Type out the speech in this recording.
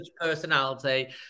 personality